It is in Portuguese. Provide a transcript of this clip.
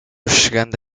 chegando